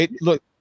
look